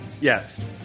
Yes